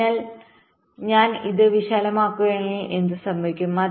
അതിനാൽ ഞാൻ ഇത് വിശാലമാക്കുകയാണെങ്കിൽ എന്ത് സംഭവിക്കും